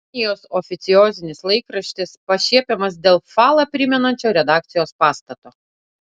kinijos oficiozinis laikraštis pašiepiamas dėl falą primenančio redakcijos pastato